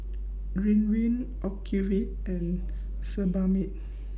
Ridwind Ocuvite and Sebamed